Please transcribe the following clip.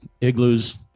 Igloos